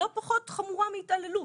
לא פחות חמורה מהתעללות.